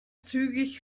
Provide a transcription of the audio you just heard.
zügig